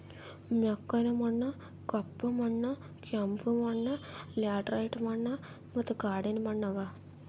ಮೆಕ್ಕಲು ಮಣ್ಣ, ಕಪ್ಪು ಮಣ್ಣ, ಕೆಂಪು ಮಣ್ಣ, ಲ್ಯಾಟರೈಟ್ ಮಣ್ಣ ಮತ್ತ ಕಾಡಿನ ಮಣ್ಣ ಅವಾ